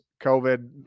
COVID